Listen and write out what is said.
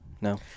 No